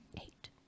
eight